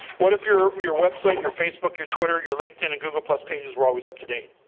what if your your website, your facebook, your twitter, your linkedin and google plus pages were always up to date